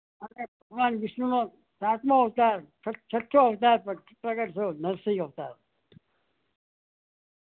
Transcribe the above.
અને ભગવાન વિષ્ણુનો સાતમો અવતાર છઠ્ઠો અવતાર પ્રગટ થયો નરસિંહ અવતાર